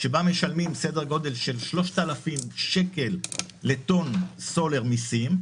שבה משלמים סדר גודל של 3,000 שקל לטון סולר מסים,